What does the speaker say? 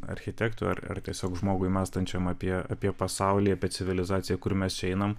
architektų ar ar tiesiog žmogui mąstančiam apie apie pasaulį apie civilizaciją kur mes čia einam